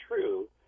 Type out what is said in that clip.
true